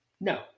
No